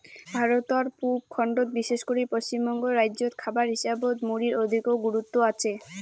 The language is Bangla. ভারতর পুব খণ্ডত বিশেষ করি পশ্চিমবঙ্গ রাইজ্যত খাবার হিসাবত মুড়ির অধিকো গুরুত্ব আচে